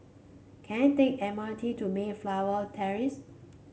can I take M R T to Mayflower Terrace